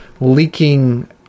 leaking